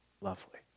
lovely